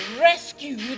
rescued